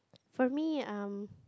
for me um